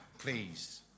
Please